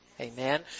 Amen